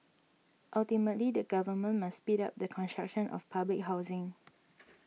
ultimately the government must speed up the construction of public housing